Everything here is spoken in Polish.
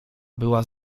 była